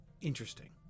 interesting